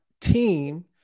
team